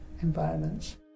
environments